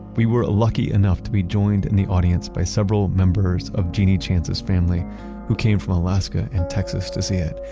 we were lucky enough to be joined in the audience by several members of genie chance's family who came from alaska and texas to see it,